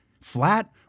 flat